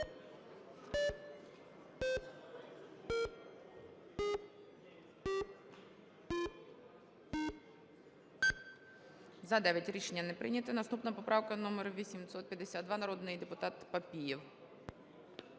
За-9 Рішення не прийнято. Наступна поправка - номер 852. Народний депутат Папієв.